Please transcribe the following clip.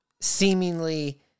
seemingly